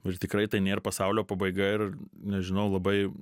ir tikrai tai nėr pasaulio pabaiga ir nežinau labai